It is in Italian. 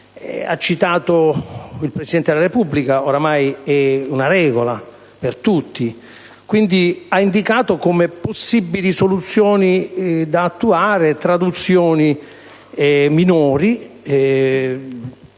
ha citato il Presidente della Repubblica (ormai è una regola per tutti), quindi ha indicato come possibili soluzioni da attuare traduzioni minori,